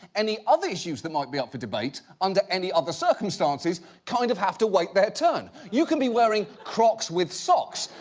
any other issues that might be up for debate, under any other circumstances, kind of have to wait their turn. you can be wearing crocs with socks,